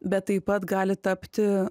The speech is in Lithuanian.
bet taip pat gali tapti